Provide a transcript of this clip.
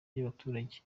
cy’abaturage